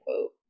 quote